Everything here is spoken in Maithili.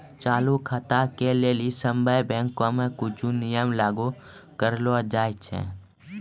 चालू खाता के लेली सभ्भे बैंको मे कुछो नियम लागू करलो जाय छै